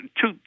two